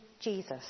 Jesus